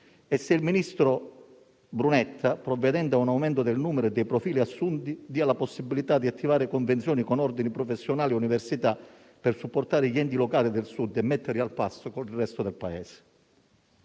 se il ministro Brunetta, provvedendo a un aumento del numero e dei profili assunti, darà la possibilità di attivare convenzioni con ordini professionali e università per supportare gli enti locali del Sud e metterli al passo con il resto del Paese.